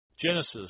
Genesis